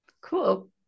cool